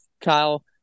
Kyle